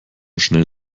schnell